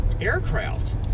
aircraft